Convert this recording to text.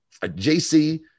JC